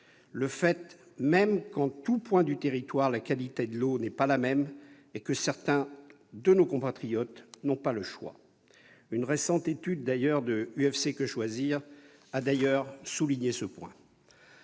le fait même qu'en tout point du territoire la qualité de l'eau n'est pas la même et que certains de nos compatriotes n'ont pas le choix. Une récente étude de l'a d'ailleurs souligné ce point.